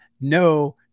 No